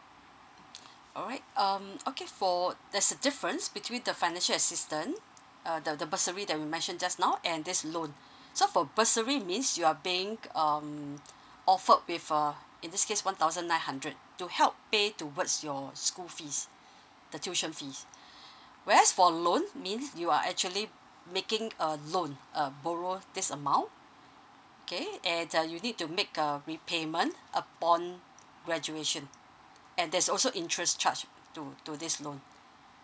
alright um okay for there's a difference between the financial assistant uh the the bursary that we mentioned just now and this loan so for bursary means you're being um offered with uh in this case one thousand nine hundred to help pay towards your school fees the tuition fees whereas for loan means you are actually making a loan uh borrow this amount okay and uh you need to make a repayment upon graduation and there's also interest charge to to this loan